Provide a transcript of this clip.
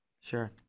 Sure